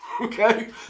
Okay